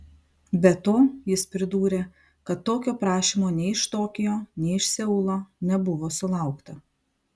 be to jis pridūrė kad tokio prašymo nei iš tokijo nei iš seulo nebuvo sulaukta